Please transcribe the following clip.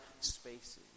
spaces